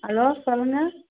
hello சொல்லுங்க